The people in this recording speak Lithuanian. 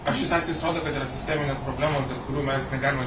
ar šis atvejis rodo kad yra sisteminės problemos dėl kurių mes negalime